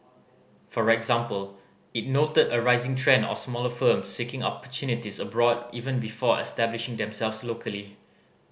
for example it noted a rising trend of smaller firms seeking opportunities abroad even before establishing themselves locally